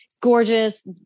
gorgeous